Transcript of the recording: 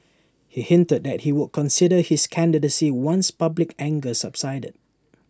he hinted that he would consider his candidacy once public anger subsided